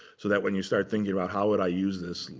so that when you start thinking about how would i use this,